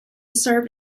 served